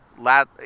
last